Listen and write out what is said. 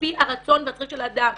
לפי הרצון והצרכים של האדם.